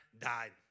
died